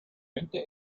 könnte